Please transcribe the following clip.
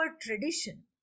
tradition